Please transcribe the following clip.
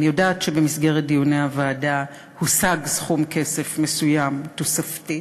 אני יודעת שבמסגרת דיוני הוועדה הושג סכום כסף מסוים תוספתי,